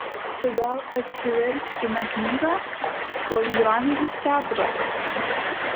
tai gal atsiverskime knygą postdraminis teatras